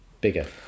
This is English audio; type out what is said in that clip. bigger